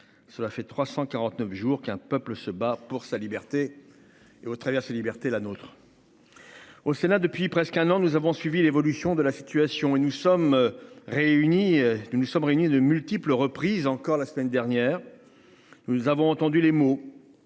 Cela fait 349 jours qu'un peuple se bat pour sa liberté. Et au travers libertés la nôtre. Au Sénat depuis presque un an, nous avons suivi l'évolution de la situation et nous sommes réunis, nous nous sommes réunis à de multiples reprises, encore la semaine dernière. Nous avons entendu les mots.